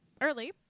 early